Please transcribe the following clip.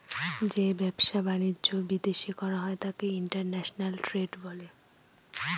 যে ব্যবসা বাণিজ্য বিদেশ করা হয় তাকে ইন্টারন্যাশনাল ট্রেড বলে